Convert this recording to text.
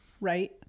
Right